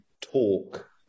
talk